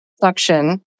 suction